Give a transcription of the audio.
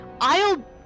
I'll-